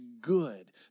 good